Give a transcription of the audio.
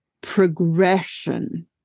progression